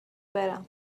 برم